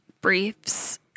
briefs